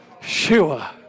Shua